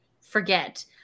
forget